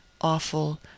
awful